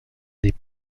des